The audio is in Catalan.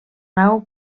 nau